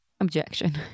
Objection